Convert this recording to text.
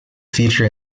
feature